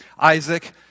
Isaac